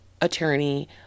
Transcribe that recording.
attorney